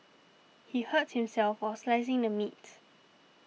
he hurt himself while slicing the meat